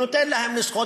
ונותן להם לשחות.